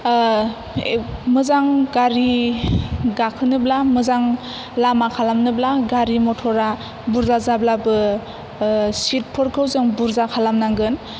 मोजां गारि गाखोनोब्ला मोजां लामा खालामनोब्ला गारि मटरा बुरजा जाब्लाबो चिटफोरखौ जों बुरजा खालामनांगोन